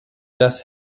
das